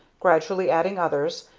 gradually adding others,